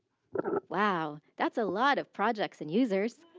wow, that's a lot of projects and users.